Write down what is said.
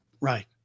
right